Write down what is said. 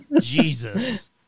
Jesus